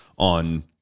on